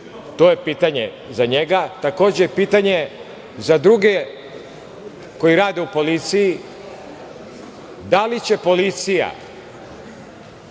To je pitanja za njega. Takođe, pitanje za druge koji rade u policiji – da li će policija